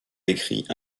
écrit